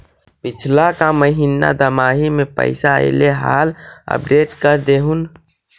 पिछला का महिना दमाहि में पैसा ऐले हाल अपडेट कर देहुन?